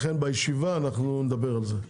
לכן בישיבה נדבר על זה,